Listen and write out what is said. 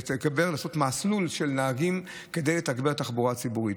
לעשות מסלול של נהגים כדי לתגבר התחבורה הציבורית.